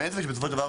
בסופו של דבר,